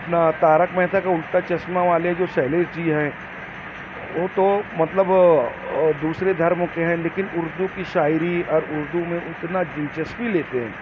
اپنا تارک مہتا کا الٹا چشمہ والے جو شیلیش جی ہیں وہ تو مطلب دوسرے دھرم کے ہیں لیکن اردو کی شاعری اور اردو میں اتنا دلچسپی لیتے ہیں